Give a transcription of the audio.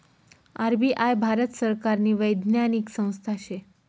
RBI Bharat सरकारनी वैधानिक संस्था शे